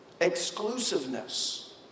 Exclusiveness